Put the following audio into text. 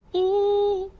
ooh,